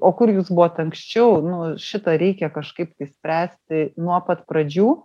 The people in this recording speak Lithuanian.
o kur jūs buvot anksčiau nu šitą reikia kažkaip tai spręsti nuo pat pradžių